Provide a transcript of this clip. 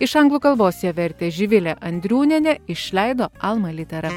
iš anglų kalbos ją vertė živilė andriūnienė išleido alma litera